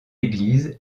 église